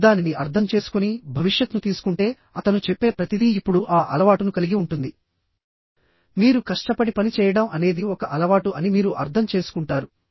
మీరు దానిని అర్థం చేసుకునిభవిష్యత్ను తీసుకుంటే అతను చెప్పే ప్రతిదీ ఇప్పుడు ఆ అలవాటును కలిగి ఉంటుంది మీరు కష్టపడి పనిచేయడం అనేది ఒక అలవాటు అని మీరు అర్థం చేసుకుంటారు